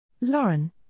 Lauren